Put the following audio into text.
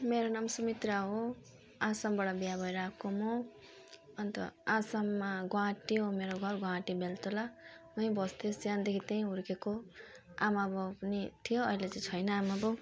मेरो नाम सुमित्रा हो आसामबाट बिहा भएर आएको हो म अनि त आसाममा गुवाहाटी हो मेरो घर गुवाहाटी बेलतोला उहीँ बस्थेँ सानोदेखि त्यहीँ हुर्केको आमाबाउ पनि थियो अहिले चाहिँ छैन